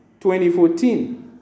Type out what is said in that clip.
2014